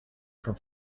from